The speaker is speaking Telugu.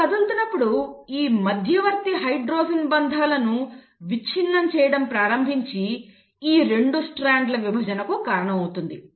అది కదులుతున్నప్పుడు ఈ మధ్యవర్తి హైడ్రోజన్ బంధాలను విచ్ఛిన్నం చేయడం ప్రారంభించి ఈ 2 స్ట్రాండ్ల విభజనకు కారణమవుతుంది